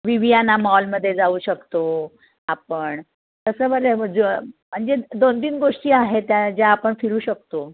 Viviana मॉलमध्ये जाऊ शकतो आपण कसं मले जो म्हणजे दोन तीन गोष्टी आहेत त्या ज्या आपण फिरू शकतो